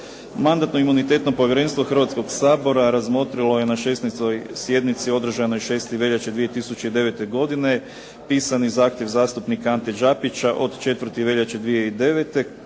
Mandatno-imunitetno povjerenstvo Hrvatskog sabora razmotrilo je na 16. sjednici održanoj 6. veljače 2009. godine pisani zahtjev zastupnika Ante Đapića od 4. veljače 2009. kojim